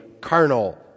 carnal